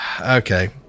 Okay